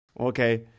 Okay